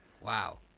Wow